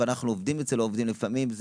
ואנחנו עובדים אצל העובדים לפעמים,